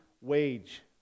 wage